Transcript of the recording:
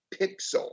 pixel